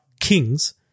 Kings